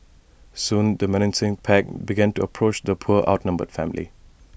soon the menacing pack began to approach the poor outnumbered family